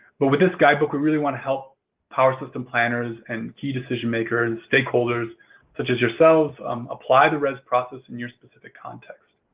but with this guidebook we really want to help power system planners and key decision makers, stakeholders such as yourselves um apply the rez process in your specific contexts.